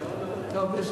טוב.